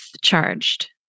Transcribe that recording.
charged